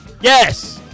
Yes